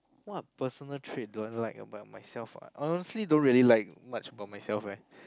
what personal trait do I like about myself I honestly don't really like much about myself eh